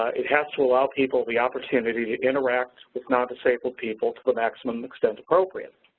it has to allow people the opportunity to interact with nondisabled people to the maximum extent appropriate.